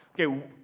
okay